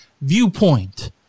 viewpoint